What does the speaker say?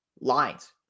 lines